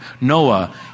Noah